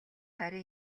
харин